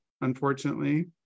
Unfortunately